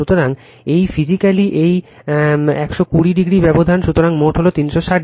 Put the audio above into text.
সুতরাং এই ফিজিক্যালি এই 120o 120o ব্যবধান সুতরাং মোট হল 360o